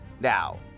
now